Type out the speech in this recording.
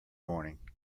morning